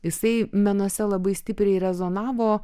jisai menuose labai stipriai rezonavo